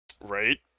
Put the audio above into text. Right